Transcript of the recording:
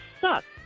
sucks